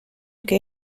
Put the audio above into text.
que